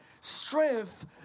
strength